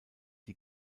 die